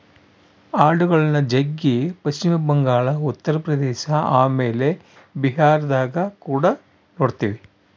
ಆಡುಗಳ್ನ ಜಗ್ಗಿ ಪಶ್ಚಿಮ ಬಂಗಾಳ, ಉತ್ತರ ಪ್ರದೇಶ ಆಮೇಲೆ ಬಿಹಾರದಗ ಕುಡ ನೊಡ್ತಿವಿ